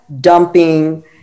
dumping